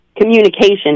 communication